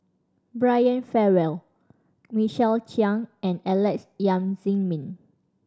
Brian Farrell Michael Chiang and Alex Yam Ziming